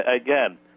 again